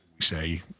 say